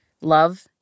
Love